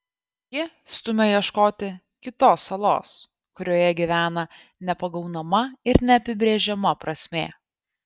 ji stumia ieškoti kitos salos kurioje gyvena nepagaunama ir neapibrėžiama prasmė